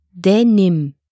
Denim